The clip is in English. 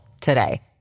today